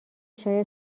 شاید